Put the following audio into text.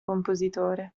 compositore